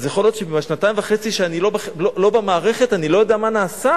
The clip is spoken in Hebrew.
יכול להיות שבשנתיים וחצי שאני לא במערכת אני לא יודע מה נעשה.